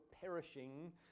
perishing